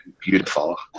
beautiful